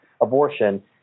abortion